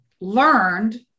learned